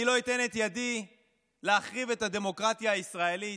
אני לא אתן את ידי להחריב את הדמוקרטיה הישראלית,